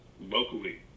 locally